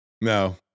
No